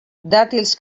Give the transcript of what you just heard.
dàtils